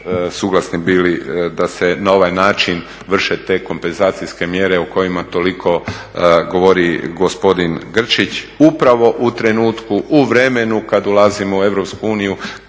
suglasni bili da se na ovaj način vrše te kompenzacijske mjere o kojima toliko govori gospodin Grčić, upravo u trenutku u vremenu kada ulazimo u EU